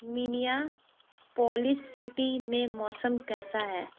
Minneapolis city में मौसम कैसा है